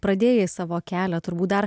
pradėjai savo kelią turbūt dar